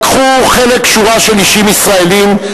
לקחו חלק שורה של אישים ישראלים,